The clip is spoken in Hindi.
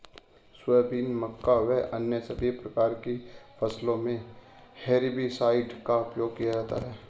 सोयाबीन, मक्का व अन्य सभी प्रकार की फसलों मे हेर्बिसाइड का उपयोग किया जाता हैं